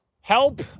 help